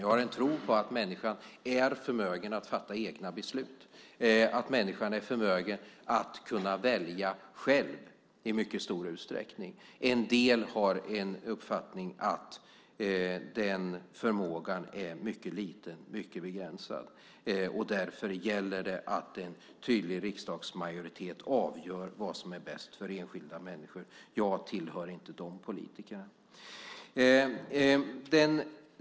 Jag har en tro på att människan är förmögen att fatta egna beslut och att människan är förmögen att välja själv i mycket stor utsträckning. En del har uppfattningen att den förmågan är mycket liten och begränsad, och därför gäller det att en tydlig riksdagsmajoritet avgör vad som är bäst för enskilda människor. Jag tillhör inte de politikerna.